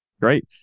Great